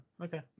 Okay